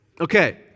Okay